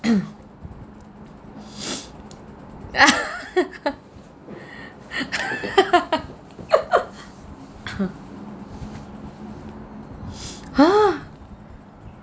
!huh!